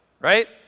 right